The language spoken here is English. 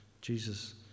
Jesus